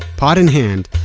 pot in hand,